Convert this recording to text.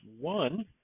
one